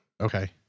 Okay